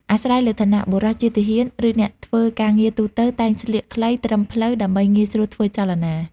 អាស្រ័យលើឋានៈ បុរសជាទាហាន ឬអ្នកធ្វើការងារទូទៅ តែងស្លៀកខ្លីត្រឹមភ្លៅដើម្បីងាយស្រួលធ្វើចលនា។